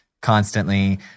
constantly